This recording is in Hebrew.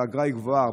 האגרה היא גבוהה,